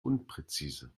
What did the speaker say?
unpräzise